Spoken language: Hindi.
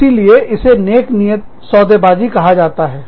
इसीलिए इसे नेकनियत सौदेबाजी सौदाकारी कहा जाता है